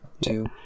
two